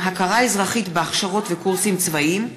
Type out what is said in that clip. הכרה אזרחית בהכשרות וקורסים צבאיים),